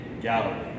Galilee